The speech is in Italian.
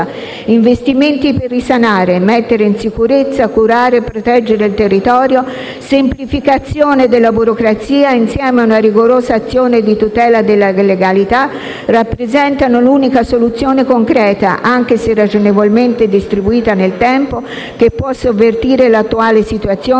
Investimenti per risanare, mettere in sicurezza, curare e proteggere il territorio, semplificazione della burocrazia, insieme a una rigorosa azione di tutela della legalità, rappresentano l'unica soluzione concreta, anche se ragionevolmente distribuita nel tempo, che può sovvertire l'attuale situazione